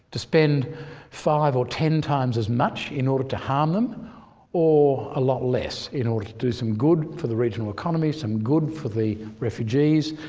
spend five or ten times as much in order to harm them or a lot less in order to do some good for the regional economy, some good for the refugees,